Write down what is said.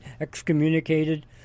excommunicated—